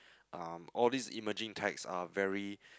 um all these emerging techs are very